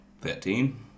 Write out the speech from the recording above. Thirteen